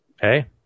Hey